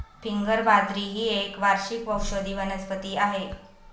finger बाजरी ही एक वार्षिक औषधी वनस्पती आहे